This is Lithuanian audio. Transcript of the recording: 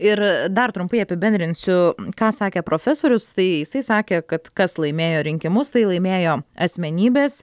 ir dar trumpai apibendrinsiu ką sakė profesorius tai jisai sakė kad kas laimėjo rinkimus tai laimėjo asmenybės